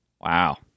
Wow